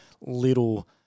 little